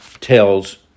tells